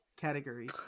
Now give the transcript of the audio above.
categories